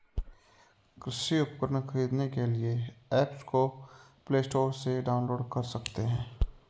कृषि उपकरण खरीदने के लिए एप्स को प्ले स्टोर से डाउनलोड कर सकते हैं